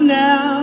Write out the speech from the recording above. now